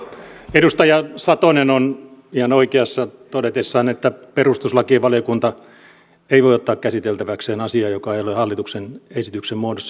edustaja satonen on ihan oikeassa todetessaan että perustuslakivaliokunta ei voi ottaa käsiteltäväkseen asiaa joka ei ole hallituksen esityksen muodossa